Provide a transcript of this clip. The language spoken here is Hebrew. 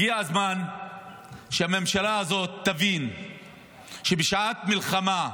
הגיע הזמן שהממשלה הזאת תבין שבשעת מלחמה,